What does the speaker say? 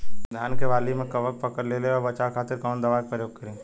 धान के वाली में कवक पकड़ लेले बा बचाव खातिर कोवन दावा के प्रयोग करी?